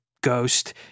ghost